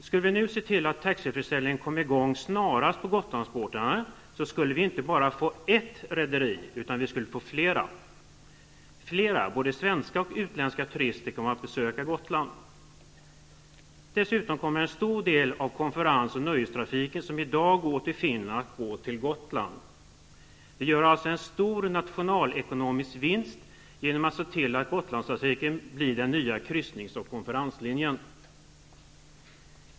Skulle vi nu se till att taxfree-försäljning kom i gång snarast på Gotlandbåtarna, skulle vi inte bara få ett rederi, utan fler. Flera både svenska och utländska turister kommer att besöka Gotland. Dessutom kommer en stor del av konferens och nöjestrafiken som i dag går till Finland att gå till Gotland. Vi gör alltså en stor nationalekonomisk vinst genom att se till att Gotlandslinjen blir den nya kryssnings och konferenslinjen.